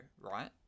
right